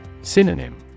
Synonym